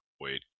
Wait